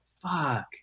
fuck